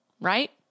Right